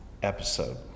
Episode